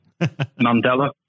Mandela